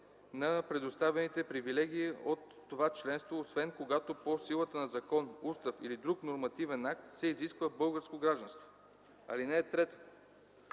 на предоставяните привилегии от такова членство, освен когато по силата на закон, устав или друг нормативен акт се изисква българско гражданство. (3) От правата